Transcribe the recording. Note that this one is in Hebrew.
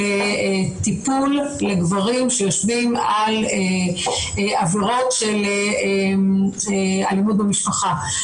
טיפול לגברים שיושבים על עבירות של אלימות במשפחה.